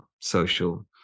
social